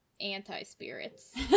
Anti-spirits